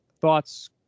thoughts